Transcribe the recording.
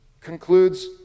concludes